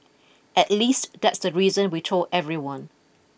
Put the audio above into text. at least that's the reason we told everyone